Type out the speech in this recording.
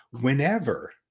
whenever